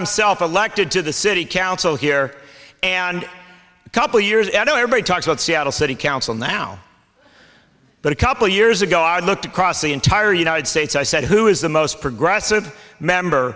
himself elected to the city council here and a couple years you know everybody talks about seattle city council now but a couple years ago i looked across the entire united states i said who is the most progressive member